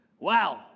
Wow